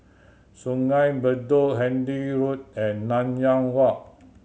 Sungei Bedok Handy Road and Nanyang Walk